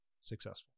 successful